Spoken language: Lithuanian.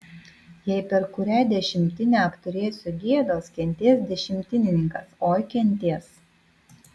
jei per kurią dešimtinę apturėsiu gėdos kentės dešimtininkas oi kentės